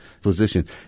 position